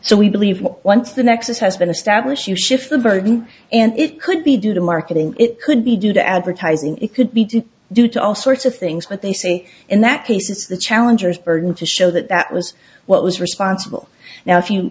so we believe once the nexus has been established you shift the burden and it could be due to marketing it could be due to advertising it could be due due to all sorts of things but they say in that case it's the challenger's burden to show that that was what was responsible now if you